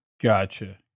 Gotcha